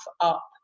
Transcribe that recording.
up